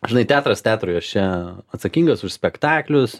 žinai teatras teatrui aš čia atsakingas už spektaklius